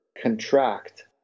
contract